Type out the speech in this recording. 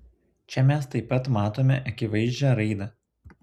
čia mes taip pat matome akivaizdžią raidą